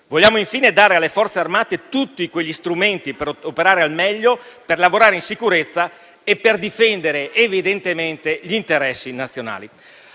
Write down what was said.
Vogliamo, infine, dare alle Forze armate tutti quegli strumenti per operare al meglio, per lavorare in sicurezza e per difendere evidentemente gli interessi nazionali.